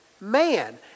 Man